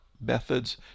methods